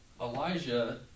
Elijah